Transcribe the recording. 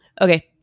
Okay